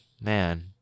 man